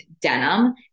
denim